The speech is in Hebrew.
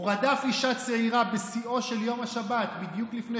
הוא רדף אישה צעירה בשיאו של יום השבת בדיוק לפני